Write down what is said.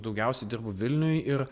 daugiausiai dirbu vilniuj ir